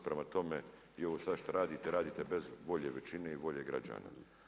Prema tome, i ovo sada šta radite, radite bez volje većine i volje građana.